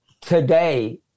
today